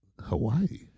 Hawaii